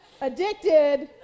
addicted